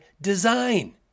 design